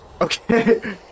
Okay